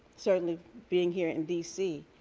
certainly being here in d c,